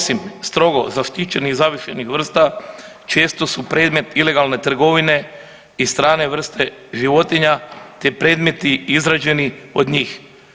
Osim strogo zaštićenih zavičajnih vrsta često su predmet ilegalne trgovine i strane vrste životinja, te predmeti izrađeni od njih.